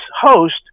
host